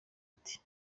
ati